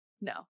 no